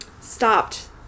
stopped